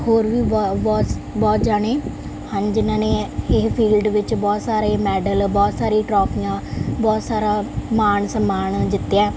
ਹੋਰ ਵੀ ਬ ਬਹੁਤ ਬਹੁਤ ਜਾਣੇ ਹਨ ਜਿਹਨਾਂ ਨੇ ਇਹ ਫੀਲਡ ਵਿੱਚ ਬਹੁਤ ਸਾਰੇ ਮੈਡਲ ਬਹੁਤ ਸਾਰੀਆਂ ਟਰੋਫੀਆਂ ਬਹੁਤ ਸਾਰਾ ਮਾਣ ਸਨਮਾਨ ਜਿੱਤਿਆ